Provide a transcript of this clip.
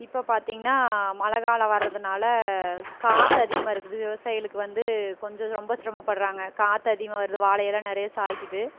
இப்போ பார்த்தீங்கன்னா மழைக்காலம் வரதுனால் காற்று அதிகமாக இருக்குது விவசாயிகளுக்கு வந்து கொஞ்சம் ரொம்ப சிரமப்பட்டுறாங்க காற்று அதிகமாக வருது வாழையெல்லாம் நிறைய சாய்க்குது